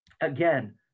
again